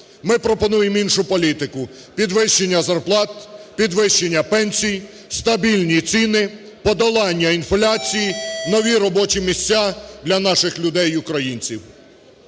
Ми пропонуємо іншу політику: підвищення зарплат, підвищення пенсій, стабільні ціни, подолання інфляції, нові робочі місця для наших людей українців.